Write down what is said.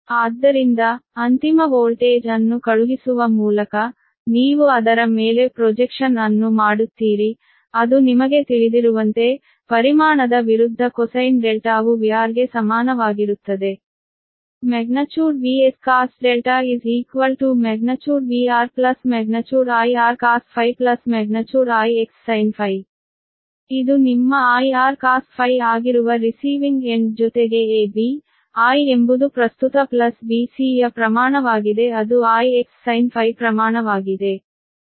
ಆದ್ದರಿಂದ ಅಂತಿಮ ವೋಲ್ಟೇಜ್ ಅನ್ನು ಕಳುಹಿಸುವ ಮೂಲಕ ನೀವು ಅದರ ಮೇಲೆ ಪ್ರೊಜೆಕ್ಷನ್ ಅನ್ನು ಮಾಡುತ್ತೀರಿ ಅದು ನಿಮಗೆ ತಿಳಿದಿರುವಂತೆ ಪರಿಮಾಣದ ವಿರುದ್ಧ ಕೊಸೈನ್ ಡೆಲ್ಟಾವು ವಿಆರ್ಗೆ ಸಮಾನವಾಗಿರುತ್ತದೆ |VS| |VR| |I| R cos ∅ |I| X sin ∅ ಇದು ನಿಮ್ಮ I R cos⁡∅ ಆಗಿರುವ ರಿಸೀವಿಂಗ್ ಎಂಡ್ ಜೊತೆಗೆ AB I ಎಂಬುದು ಪ್ರಸ್ತುತ ಪ್ಲಸ್ BC ಯ ಪ್ರಮಾಣವಾಗಿದೆ ಅದು I X sin⁡∅ ಪ್ರಮಾಣವಾಗಿದೆ